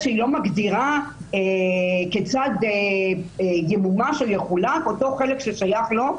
שהיא לא מגדירה כיצד ימומש או יחולט אותו חלק ששייך לו,